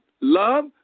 love